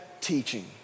teaching